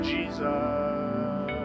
Jesus